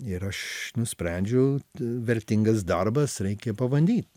ir aš nusprendžiau vertingas darbas reikia pabandyt